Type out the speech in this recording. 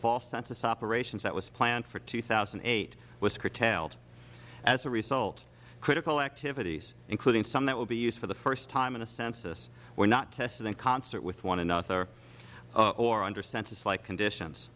of all census operations that was planned for two thousand and eight was curtailed as a result critical activities including some that will be used for the first time in a census were not tested in concert with one another or under census like conditions